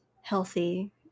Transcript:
healthy